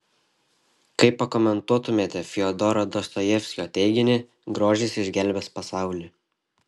kaip pakomentuotumėte fiodoro dostojevskio teiginį grožis išgelbės pasaulį